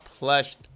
plushed